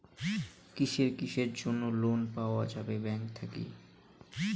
কিসের কিসের জন্যে লোন পাওয়া যাবে ব্যাংক থাকি?